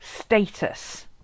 status